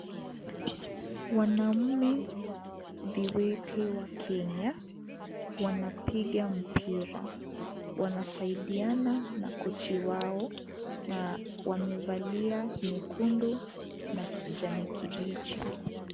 Wanaume viwete wa Kenya, wanapiga mpira. Wanasaidiana na kochi wao na wamevalia nyekundu na kijani kibichi.